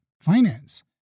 finance